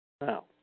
Now